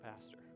pastor